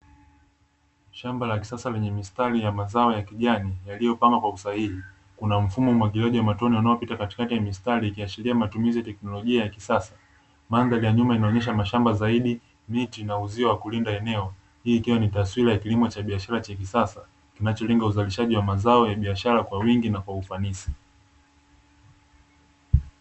Shamba la kisasa lenye mistari ya mazao ya kijani yaliyopangwa kwa usahihi, kuna mfumo wa umwagiliaji wa matone unaopita katikati ya mistari, ikiashiria matumizi ya teknolojia ya kisasa; mandhari ya nyuma inaonyesha mashamba zaidi, miti, na uzio wa kulinda eneo. Hii ni taswira ya kilimo cha biashara cha kisasa, kinacholenga uzalishaji wa mazao ya biashara kwa wingi na kwa ufanisi.